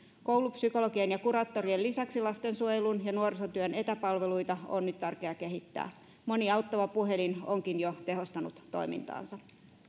koulupsykologien ja kuraattorien lisäksi lastensuojelun ja nuorisotyön etäpalveluita on nyt tärkeää kehittää moni auttava puhelin onkin jo tehostanut toimintaansa